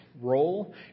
role